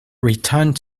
returned